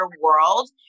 world